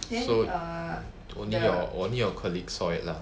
so only your colleague saw it lah